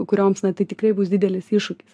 kurioms na tai tikrai bus didelis iššūkis